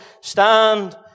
Stand